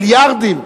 מיליארדים.